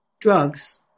Drugs